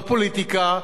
כי זה החיים שלנו,